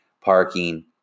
parking